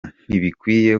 ntibikwiye